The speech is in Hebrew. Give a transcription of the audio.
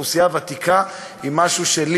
האוכלוסייה הוותיקה היא משהו שלי,